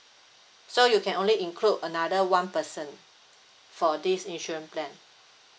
so you can only include another one person for this insurance plan